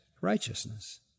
righteousness